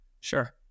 Sure